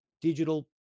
digital